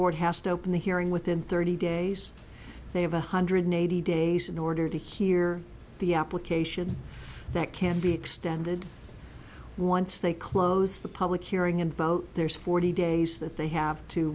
board has to open the hearing within thirty days they have one hundred eighty days in order to hear the application that can be extended once they close the public hearing and vote there's forty days that they have to